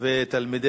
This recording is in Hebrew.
ביבנה